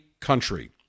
country